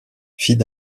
fille